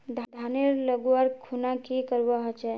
धानेर लगवार खुना की करवा होचे?